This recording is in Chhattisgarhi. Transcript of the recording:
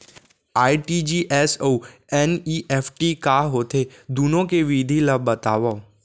आर.टी.जी.एस अऊ एन.ई.एफ.टी का होथे, दुनो के विधि ला बतावव